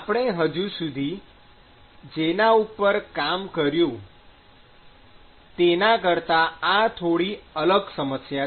આપણે હજી સુધી જેના ઉપર કામ કર્યું છે તેના કરતા આ થોડી અલગ સમસ્યા છે